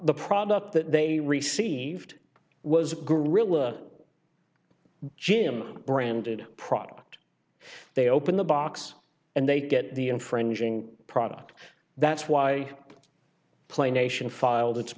the product that they received was a guerrilla jim branded product they open the box and they get the infringing product that's why i play nation filed i